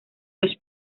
los